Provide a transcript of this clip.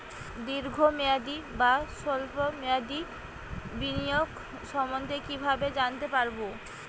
দীর্ঘ মেয়াদি বা স্বল্প মেয়াদি বিনিয়োগ সম্বন্ধে কীভাবে জানতে পারবো?